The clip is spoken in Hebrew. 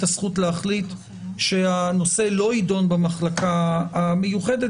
הזכות להחליט שהנושא לא יידון במחלקה המיוחדת,